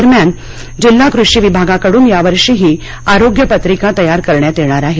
दरम्यान जिल्हा कृषी विभागाकडून यावर्षीही आरोग्य पत्रिका तयार करण्यात येणार आहेत